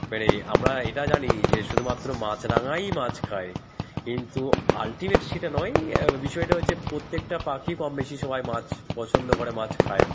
মানে আমরা এটা জানি যে শুধুমাত্র মাছরাঙাই মাছ খায় কিন্তু আলটিমেট সেটা নয় বিষয়টা হচ্ছে প্রত্যেকটা পাখি কম বেশি সবাই মাছ পছন্দ করে মাছ খায়